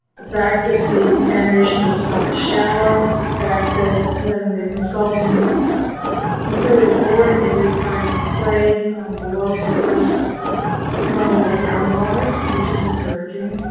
the fact that the contamination is found shallow. the fact that when the consultant completed a boring, they did find some clay below the first level of groundwater, which is encouraging.